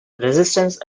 resistance